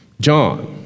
John